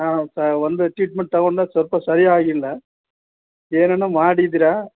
ಹಾಂ ಸಾ ಒಂದು ಟೀಟ್ಮೆಂಟ್ ತಗೊಂಡೆ ಸ್ವಲ್ಪ ಸರಿಯಾಗಿಲ್ಲ ಏನೇನೊ ಮಾಡಿದೀರ